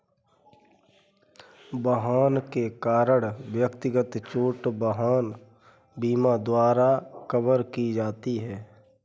वाहन के कारण व्यक्तिगत चोट वाहन बीमा द्वारा कवर की जाती है